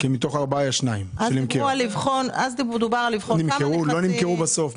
נמכרו או לא נמכרו בסוף?